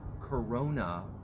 Corona